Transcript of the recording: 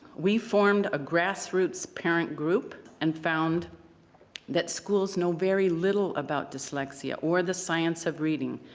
we formed a grassroots parent group and found that schools know very little about dyslexia or the science of reading.